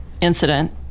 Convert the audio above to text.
incident